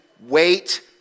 Wait